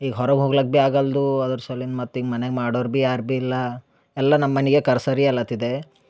ಈಗ ಹೊರಗೆ ಹೋಗ್ಲಾಕ ಬಿ ಆಗಲ್ದೂ ಅದ್ರ ಸಲಿಂದ ಮತ್ತೆ ಈಗ ಮನೆಗೆ ಮಾಡೋರು ಬಿ ಯಾರು ಬಿ ಇಲ್ಲ ಎಲ್ಲ ನಮ್ಮ ಮನೆಗೆ ಕರ್ಸರಿ ಅಲ್ಲತಿದ್ದೆ